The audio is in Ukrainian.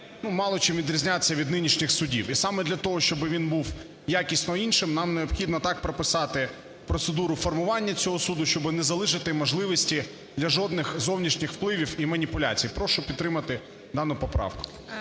мало чим відрізнятися від нинішніх судів. І саме для того, щоб він був якісно іншим, нам необхідно так прописати процедуру формування цього суду, щоб не залишити можливості для жодних зовнішніх впливів і маніпуляцій. Прошу підтримати дану поправку.